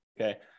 okay